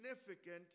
significant